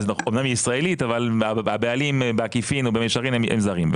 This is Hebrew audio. אמנם היא ישראלית אבל הבעלים בעקיפין או במישרין הם זרים.